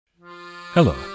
Hello